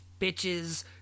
bitches